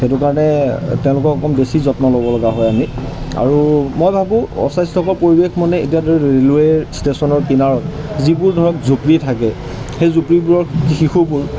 সেইটো কাৰণে তেওঁলোকক অকণ বেছি যত্ন ল'ব লগা হয় আমি আৰু মই ভাবোঁ অস্বাস্থ্যকৰ পৰিৱেশ মানে এতিয়া ধৰি ৰেইলৱে' ষ্টেচনৰ কিনাৰত যিবোৰ ধৰক জুপৰি থাকে সেই জুপুৰিবোৰৰ শিশুবোৰ